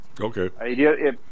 okay